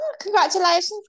congratulations